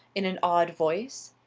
in an awed voice.